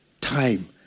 time